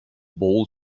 ball